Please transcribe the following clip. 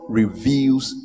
reveals